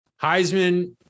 Heisman